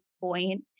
point